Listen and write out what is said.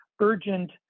urgent